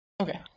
Okay